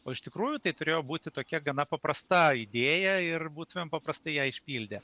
o iš tikrųjų tai turėjo būti tokia gana paprasta idėja ir būtumėm paprastai ją išpildę